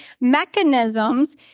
Mechanisms